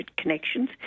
connections